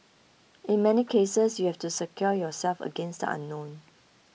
in many cases you have to secure yourself against the unknown